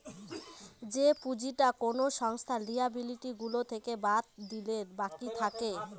যে পুঁজিটা কোনো সংস্থার লিয়াবিলিটি গুলো থেকে বাদ দিলে বাকি থাকে